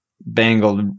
bangled